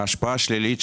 ההשפעה השלילית,